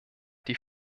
die